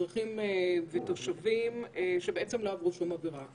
הזאת שפרצה המגיפה,